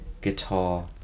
guitar